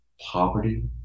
poverty